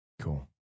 Cool